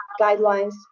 guidelines